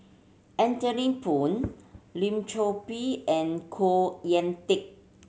Anthony Poon Lim Chor Pee and Khoo Teik